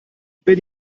wenn